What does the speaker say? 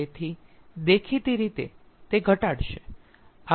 તેથી દેખીતી રીતે તે ઘટાડશે